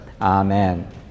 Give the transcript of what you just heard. Amen